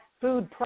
food